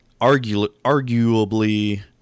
arguably